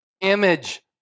image